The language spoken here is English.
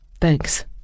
Thanks